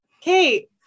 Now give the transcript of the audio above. Kate